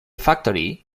factory